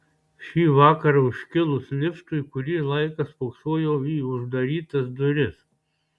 šį vakarą užkilus liftui kurį laiką spoksojau į uždarytas duris